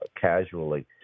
casually